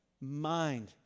mind